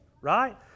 right